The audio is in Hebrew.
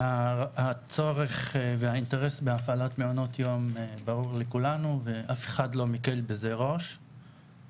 שהצורך והאינטרס בהפעלת מעונות יום ברור לכולנו ואף אחד לא מקל ראש בזה.